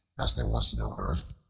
as there was no earth,